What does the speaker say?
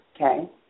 okay